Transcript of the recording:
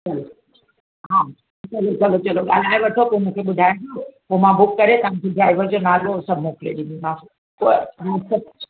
चलो हा चलो चलो चलो ॻाल्हाए रखो पोइ मूंखे ॿुधाइजो मां बुक करे तव्हांखे ड्राइवर जो नलो सभु मोकिले ॾींदीमाव हूअ वाट्सअप